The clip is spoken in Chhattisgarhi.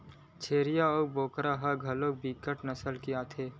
छेरीय अऊ बोकरा ह घलोक बिकट नसल के आथे